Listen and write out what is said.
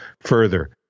further